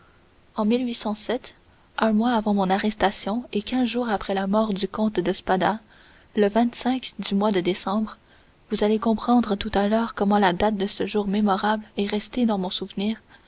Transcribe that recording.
en un mois avant mon arrestation et quinze jours après la mort du comte de spada le du mois de décembre vous allez comprendre tout à l'heure comment la date de ce jour mémorable est restée dans mon souvenir